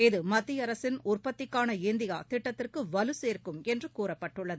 இது மத்தியஅரசின் உற்பத்திக்கான இந்தியாதிட்டத்திற்குவலுசே்ககும் என்றுகூறப்பட்டுள்ளது